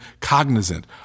cognizant